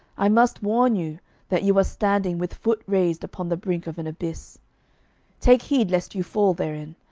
i must warn you that you are standing with foot raised upon the brink of an abyss take heed lest you fall therein.